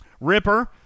Ripper